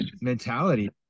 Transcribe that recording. mentality